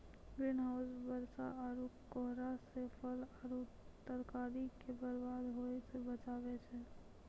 green house बरसा आरु कोहरा से फल आरु तरकारी के बरबाद होय से बचाबै छै